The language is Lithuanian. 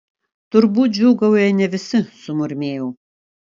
turbūt džiūgauja ne visi sumurmėjau